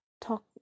Talk